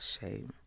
shame